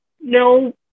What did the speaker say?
no